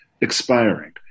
expiring